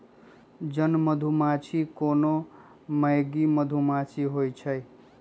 जन मधूमाछि कोनो मौगि मधुमाछि होइ छइ